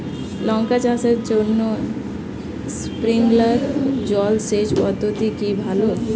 লঙ্কা চাষের জন্য স্প্রিংলার জল সেচ পদ্ধতি কি ভালো?